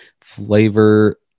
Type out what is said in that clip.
flavor